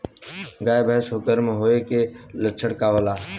गाय भैंस गर्म होय के लक्षण का होखे?